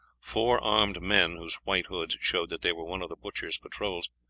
four armed men, whose white hoods showed that they were one of the butchers' patrols,